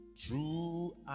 True